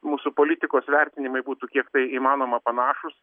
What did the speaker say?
mūsų politikos vertinimai būtų kiek tai įmanoma panašūs